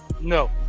No